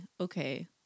okay